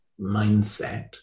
mindset